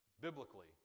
biblically